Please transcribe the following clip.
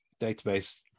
database